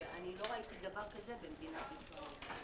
לא ראיתי דבר כזה במדינת ישראל.